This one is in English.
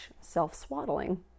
self-swaddling